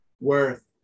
worth